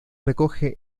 recoge